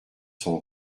sont